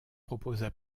proposa